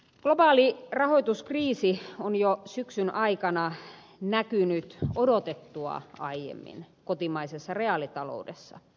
globaali rahoituskriisi on jo syksyn aikana näkynyt odotettua aiemmin kotimaisessa reaalitaloudessa